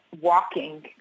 walking